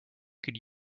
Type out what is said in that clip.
could